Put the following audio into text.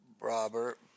Robert